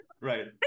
Right